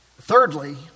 thirdly